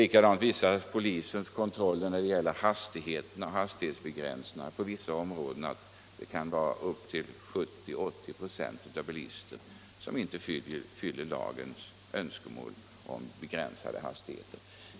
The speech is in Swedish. Likaledes visar polisens kontroller när det gäller efterlevnaden av hastighetsbegränsningarna inom vissa områden att det kan vara upp till 70-80 96 av bilisterna som inte följer lagens bestämmelser om begränsade hastigheter.